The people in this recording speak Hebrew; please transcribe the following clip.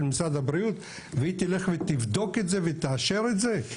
משרד הבריאות והיא תלך ותבדוק את זה ותאשר את זה?